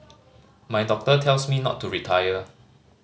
my doctor tells me not to retire